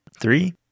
Three